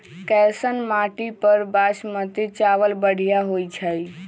कैसन माटी पर बासमती चावल बढ़िया होई छई?